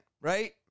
right